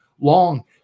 long